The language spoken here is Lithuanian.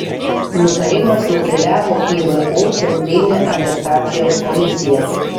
nutarimas nukeliavo į vu centrinę atestacijos komisiją